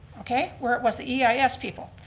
okay, where it was, the eis people.